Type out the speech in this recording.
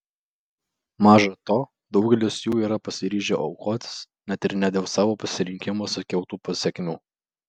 maža to daugelis jų yra pasiryžę aukotis net ir ne dėl savo pasirinkimo sukeltų pasekmių